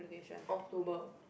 October